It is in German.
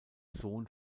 sohn